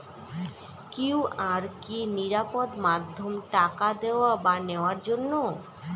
QR কি নিরাপদ মাধ্যম টাকা দেওয়া বা নেওয়ার জন্য?